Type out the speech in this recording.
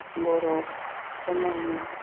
बरफखौ नायनो